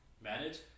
manage